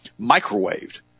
microwaved